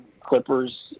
Clippers